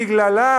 בגללה,